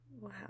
Wow